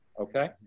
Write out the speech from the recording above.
Okay